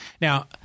Now